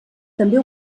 també